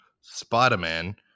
Spider-Man